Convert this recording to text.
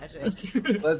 magic